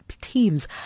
teams